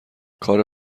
کار